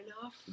enough